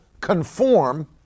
conform